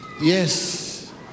yes